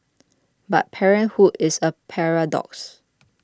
but parenthood is a paradox